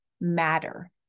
matter